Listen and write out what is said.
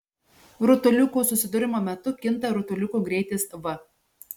rutuliukų susidūrimo metu kinta rutuliukų greitis v